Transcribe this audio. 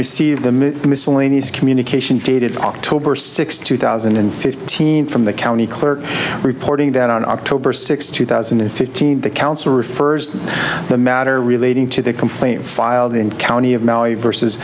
receive the miscellaneous communication dated october sixth two thousand and fifteen from the county clerk reporting that on october sixth two thousand and fifteen the counsel refers to the matter relating to the complaint filed in county of maui versus